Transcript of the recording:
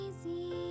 easy